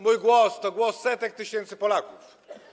Mój głos to głos setek tysięcy Polaków.